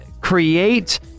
create